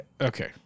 okay